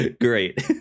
Great